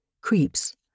creeps